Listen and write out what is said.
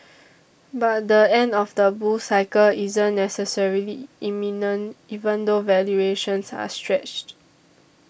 but the end of the bull cycle isn't necessarily imminent even though valuations are stretched